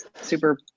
super